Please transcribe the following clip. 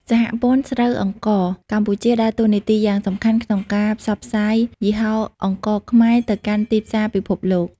សហព័ន្ធស្រូវអង្ករកម្ពុជាដើរតួនាទីយ៉ាងសកម្មក្នុងការផ្សព្វផ្សាយយីហោអង្ករខ្មែរទៅកាន់ទីផ្សារពិភពលោក។